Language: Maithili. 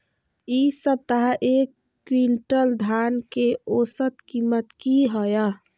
इ सप्ताह एक क्विंटल धान के औसत कीमत की हय?